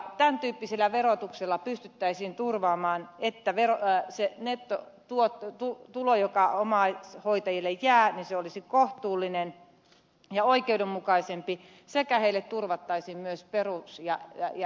tämän tyyppisellä verotuksella pystyttäisiin turvaamaan se että se nettotulo joka omaishoita jille jää olisi kohtuullinen ja oikeudenmukaisempi sekä heille turvattaisiin myös perus ja eläketurva